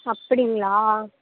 அப்படிங்களா